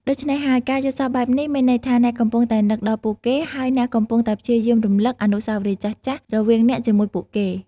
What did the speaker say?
ដូច្នេះហើយ ការយល់សប្តិបែបនេះ មានន័យថា អ្នកកំពុងតែនឹកដល់ពួកគេ ហើយអ្នកកំពុងតែព្យាយាមរំលឹក អនុស្សាវរីយ៍ចាស់ៗ រវាងអ្នកជាមួយពួកគេ។